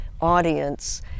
audience